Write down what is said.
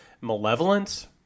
malevolence